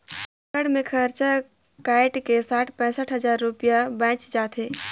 एकड़ मे खरचा कायट के साठ पैंसठ हजार रूपिया बांयच जाथे